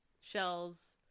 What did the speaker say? shells